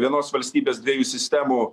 vienos valstybės dviejų sistemų